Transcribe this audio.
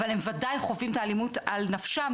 אבל הם וודאי חווים את האלימות על נפשם,